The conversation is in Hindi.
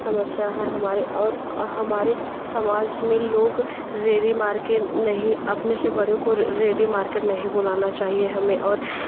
समस्या है हमारे और हमारे समाज में लोग रेड़ी मारके नहीं अपने से बड़ों को रेड़ी मार्केट नहीं बुलाना चाहिए हमें और